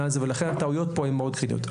הזה ולכן הטעויות פה הן מאוד קריטיות.